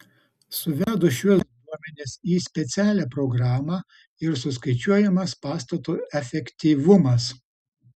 suvedus šiuos duomenis į specialią programą ir suskaičiuojamas pastato efektyvumas